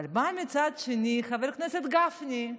אבל בא מצד שני חבר הכנסת גפני,